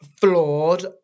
flawed